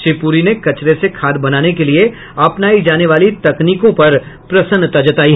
श्री पुरी ने कचरे से खाद बनाने के लिये अपनायी जाने वाली तकनीकों पर प्रसन्नता जतायी